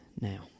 now